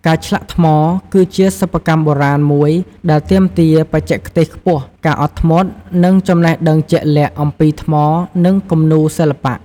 ការឆ្លាក់ថ្ម គឺជាសិប្បកម្មបុរាណមួយដែលទាមទារបច្ចេកទេសខ្ពស់ ការអត់ធ្មត់ និងចំណេះដឹងជាក់លាក់អំពីថ្មនិងគំនូរសិល្បៈ។